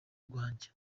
rwanjye